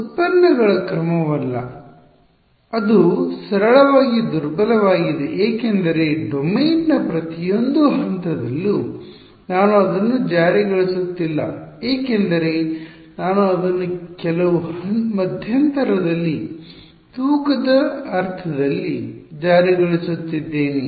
ಉತ್ಪನ್ನಗಳ ಕ್ರಮವಲ್ಲ ಅದು ಸರಳವಾಗಿ ದುರ್ಬಲವಾಗಿದೆ ಏಕೆಂದರೆ ಡೊಮೇನ್ನ ಪ್ರತಿಯೊಂದು ಹಂತದಲ್ಲೂ ನಾನು ಅದನ್ನು ಜಾರಿಗೊಳಿಸುತ್ತಿಲ್ಲ ಏಕೆಂದರೆ ನಾನು ಅದನ್ನು ಕೆಲವು ಮಧ್ಯಂತರದಲ್ಲಿ ತೂಕದ ಅರ್ಥದಲ್ಲಿ ಜಾರಿಗೊಳಿಸುತ್ತಿದ್ದೇನೆ